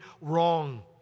wrong